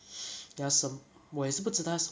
there are some 我也是不知道